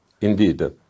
Indeed